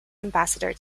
ambassador